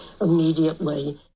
immediately